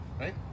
Right